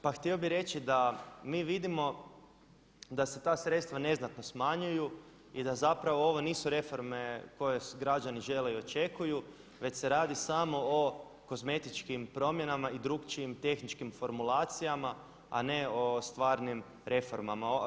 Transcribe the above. Pa htio bih reći da mi vidimo da se ta sredstva neznatno smanjuju i da zapravo ovo nisu reforme koje građani žele i očekuju već se radi samo o kozmetičkim promjenama i drukčijim tehničkim formulacijama a ne o stvarnim reformama.